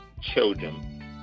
children